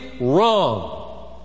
wrong